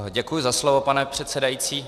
Děkuji za slovo, pane předsedající.